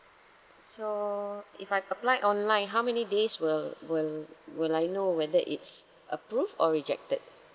so if I apply online how many days will will will I know whether it's approved or rejected